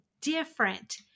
different